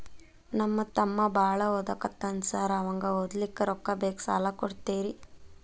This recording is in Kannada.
ನಮ್ಮ ತಮ್ಮ ಬಾಳ ಓದಾಕತ್ತನ ಸಾರ್ ಅವಂಗ ಓದ್ಲಿಕ್ಕೆ ರೊಕ್ಕ ಬೇಕು ಸಾಲ ಕೊಡ್ತೇರಿ?